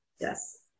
Yes